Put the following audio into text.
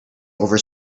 over